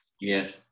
Yes